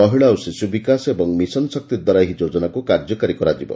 ମହିଳା ଓ ଶିଶ୍ବବିକାଶ ଏବଂ ମିଶନ୍ ଶକ୍ତିଦ୍ୱାରା ଏହି ଯୋଜନାକ୍ର କାର୍ଯ୍ୟକାରୀ କରାଯିବ